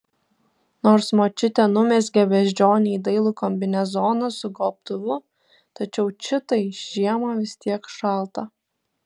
nors močiutė numezgė beždžionei dailų kombinezoną su gobtuvu tačiau čitai žiemą vis tiek šalta